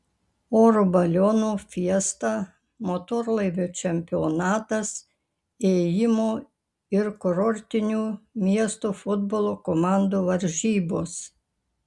oro balionų fiesta motorlaivių čempionatas ėjimo ir kurortinių miestų futbolo komandų varžybos